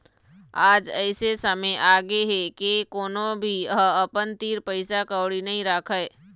आज अइसे समे आगे हे के कोनो भी ह अपन तीर पइसा कउड़ी नइ राखय